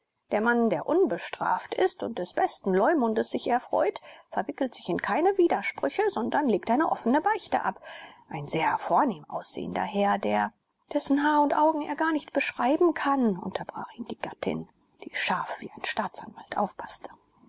der mann der unbestraft ist und des besten leumundes sich erfreut verwickelt sich in keine widersprüche sondern legt eine offene beichte ab ein sehr vornehm aussehender herr der dessen haar und augen er gar nicht beschreiben kann unterbrach ihn die gattin die scharf wie ein staatsanwalt aufpaßte